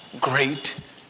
great